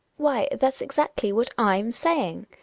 why that's exactly what m saying.